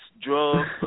drugs